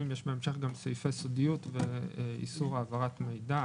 בהמשך יש גם סעיפי סודיות ואיסור העברת מידע